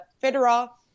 federal